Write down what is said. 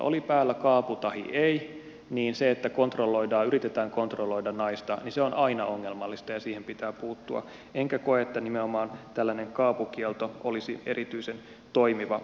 oli päällä kaapu tahi ei niin se että yritetään kontrolloida naista on aina ongelmallista ja siihen pitää puuttua enkä koe että nimenomaan tällainen kaapukielto olisi erityisen toimiva keino